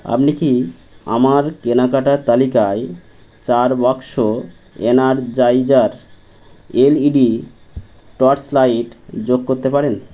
আপনি কি আমার কেনাকাটার তালিকায় চার বাক্স Energizer L E D torchlight যোগ করতে পারেন